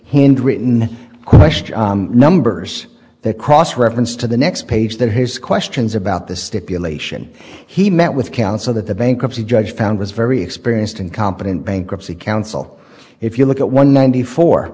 handwritten question numbers that cross referenced to the next page that his questions about the stipulation he met with counsel that the bankruptcy judge found was very experienced and competent bankruptcy counsel if you look at one ninety four